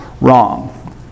wrong